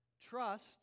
Trust